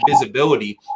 visibility